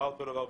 (נושא דברים באנגלית).